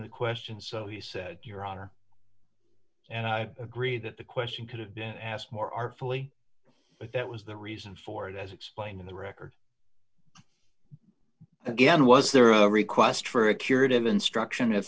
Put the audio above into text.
the question so he said your honor and i agree that the question could have been asked more artfully but that was the reason for it as explained in the record again was there a request for a curative instruction if